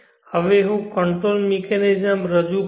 હવે હું control mechanism રજૂ કરીશ